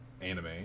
anime